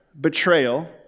betrayal